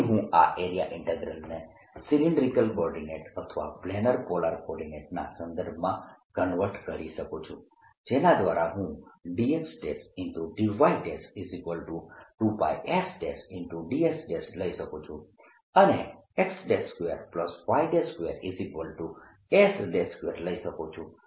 તેથી હું આ એરિયા ઈન્ટીગ્રલને સિલિન્ડ્રીકલ કોર્ડીનેટસ અથવા પ્લેનર પોલાર કોર્ડીનેટસ ના સંદર્ભમાં કન્વર્ટ કરી શકું છું જેના દ્વારા હું dxdy2πsds લઇ શકું છું અને x2y2s2 લઇ શકું છું